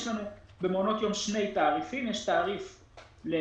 יש לנו במעונות יום שני תעריפים יש תעריף למלכ"ר,